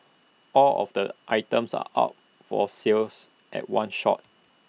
all of the items are up for sales at one shot